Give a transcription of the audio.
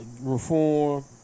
Reform